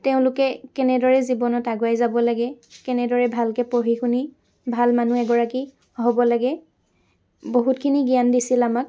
তেওঁলোকে কেনেদৰে জীৱনত আগুৱাই যাব লাগে কেনেদৰে ভালকৈ পঢ়ি শুনি ভাল মানুহ এগৰাকী হ'ব লাগে বহুতখিনি জ্ঞান দিছিল আমাক